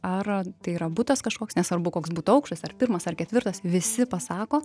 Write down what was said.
ar tai yra butas kažkoks nesvarbu koks būtų aukštas ar pirmas ar ketvirtas visi pasako